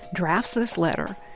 drafts this letter,